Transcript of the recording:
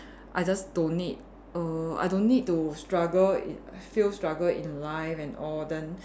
I just don't need err I don't need to struggle in feel struggle in life and all then